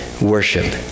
worship